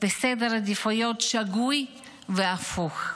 וסדר עדיפויות שגוי והפוך.